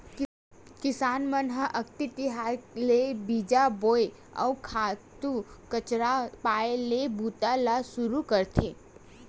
किसान मन ह अक्ति तिहार ले बीजा बोए, अउ खातू कचरा पाले के बूता ल सुरू करथे